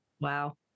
Wow